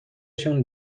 شون